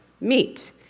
meet